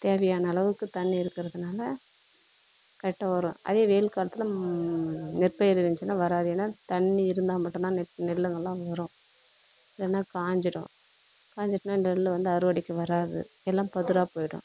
தேவையான அளவுக்கு தண்ணி இருக்கிறதுனால கரெட்டாக வரும் அதே வெயில் காலத்தில் நெற்பயிர் இருந்துச்சுன்னா வராது ஏன்னால் தண்ணி இருந்தால் மட்டுந்தான் நெற்பயிர் நெல்லுங்கள்லாம் வரும் இல்லைன்னா காஞ்சுடும் காஞ்சுட்டுனா நெல் வந்து அறுவடைக்கு வராது எல்லாம் பதுரா போயிடும்